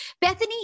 Bethany